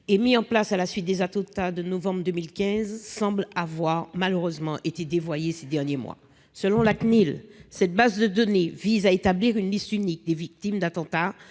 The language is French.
et mis en place à la suite des attentats de novembre 2015, semble malheureusement avoir été dévoyée ces derniers mois. Selon la CNIL, cette base de données vise à établir « une liste unique des victimes d'attentats